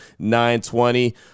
920